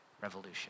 revolution